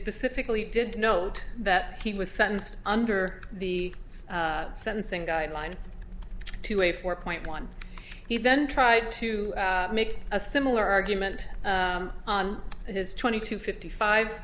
specifically did note that he was sentenced under the sentencing guidelines to a four point one he then tried to make a similar argument on his twenty two fifty five